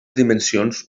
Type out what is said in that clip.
dimensions